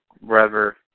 wherever